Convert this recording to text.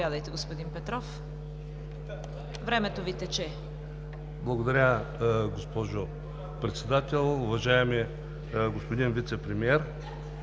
Благодаря, госпожо Председател. Уважаеми господин Вицепремиер!